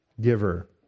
giver